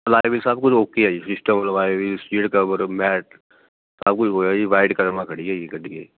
ਕਰਵਾਏ ਸਭ ਕੁਛ ਓਕੇ ਹੈ ਜੀ ਸਿਸਟਮ ਲਵਾਏ ਜੀ ਸੀਟ ਕਵਰ ਮੈਟ ਸਭ ਕੁਛ ਹੋਇਆ ਜੀ ਵਾਈਟ ਕਲਰ ਮਾ ਖੜ੍ਹੀ ਹੈ ਜੀ ਗੱਡੀ ਇਹ